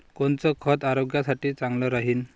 कोनचं खत आरोग्यासाठी चांगलं राहीन?